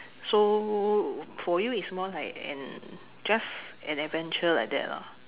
so for you it's more like an just an adventure like that lah